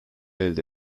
elde